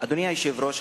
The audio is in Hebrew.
אדוני היושב-ראש,